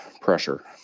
pressure